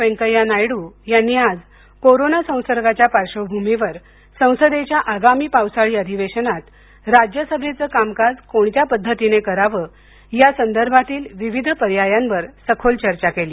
वेंकय्या नायडू यांनी आज कोरोना संसर्गाच्या पार्श्वभूमीवर संसदेच्या आगामी पावसाळी अधिवेशनात राज्यसभेचं कामकाज कोणत्या पद्धतीने करावं या संदर्भातील विविध पर्यायांवर सखोल चर्चा केली